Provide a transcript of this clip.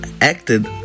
acted